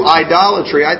idolatry